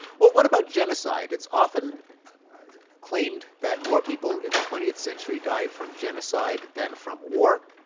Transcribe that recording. well, what about genocide? it's often claimed that more people in the twentieth century died from genocide than from war.